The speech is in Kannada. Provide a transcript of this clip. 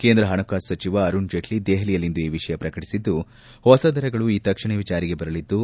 ಕೇಂದ್ರ ಹಣಕಾಸು ಸಚಿವ ಅರುಣ್ ಜೇಟ್ಲಿ ದೆಹಲಿಯಲ್ಲಿಂದು ಈ ವಿಷಯ ಪ್ರಕಟಿಸಿದ್ದು ಹೊಸ ದರಗಳು ಈ ತಕ್ಷಣವೇ ಜಾರಿಗೆ ಬರಲಿದ್ದು